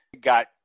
Got